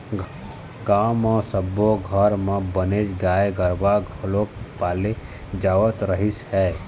गाँव म सब्बो घर म बनेच गाय गरूवा घलोक पाले जावत रहिस हे